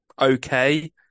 okay